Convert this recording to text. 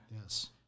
Yes